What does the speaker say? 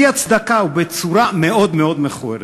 בלי הצדקה ובצורה מאוד מאוד מכוערת.